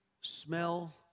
smell